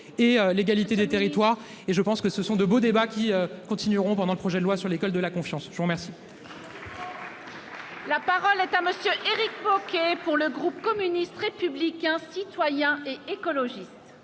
et l'égalité des territoires, et je pense que ce sont de beaux débats qui continueront pendant le projet de loi sur l'école de la confiance, je vous remercie. La parole est à monsieur Éric Bocquet pour le groupe communiste, républicain, citoyen et écologistes.